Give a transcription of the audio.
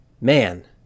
man